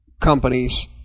companies